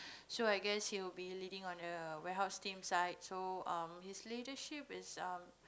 so I guess he will be leading on err warehouse team side so um his leadership is um